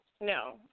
no